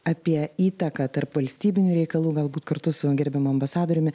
apie įtaką tarp valstybinių reikalų galbūt kartu su gerbiamu ambasadoriumi